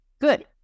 good